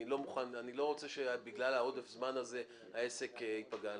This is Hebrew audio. אני לא רוצה שבגלל עודף הזמן הזה העסק ייפגע.